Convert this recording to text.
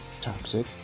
toxic